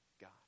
god